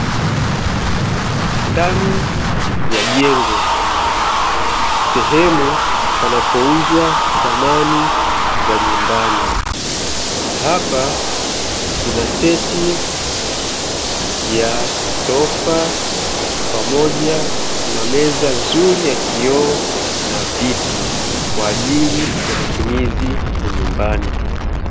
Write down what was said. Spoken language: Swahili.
Ndani ya jengo sehemu panapouzwa samani za nyumbani, hapa kunaseti ya sofa pamoja na meza nzuri ya kioo na viti kwa ajili ya matumizi ya nyumbani.